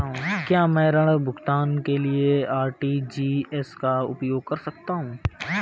क्या मैं ऋण भुगतान के लिए आर.टी.जी.एस का उपयोग कर सकता हूँ?